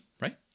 right